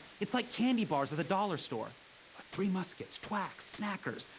it's like candy bars at the dollar store ah three muskets, twax, snackers.